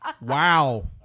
wow